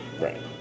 Right